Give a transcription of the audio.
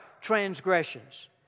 transgressions